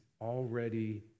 already